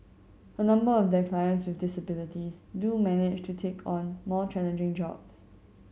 a number of their clients with disabilities do manage to take on more challenging jobs